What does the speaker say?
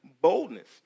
boldness